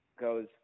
goes